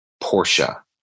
Portia